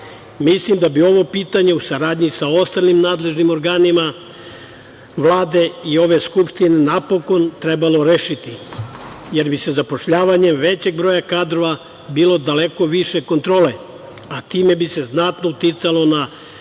60%.Mislim da bi ovo pitanje u saradnji sa ostalim nadležnim organima Vlade i ove Skupštine napokon trebalo rešiti, jer bi sa zapošljavanjem većeg broja kadrova bilo daleko više kontrole, a time bi se znatno uticalo na